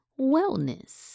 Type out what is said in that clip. wellness